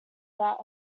that